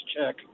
check